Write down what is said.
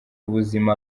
ubuzima